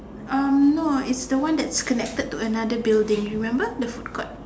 um no it's the one that's connected to another building you remember the food court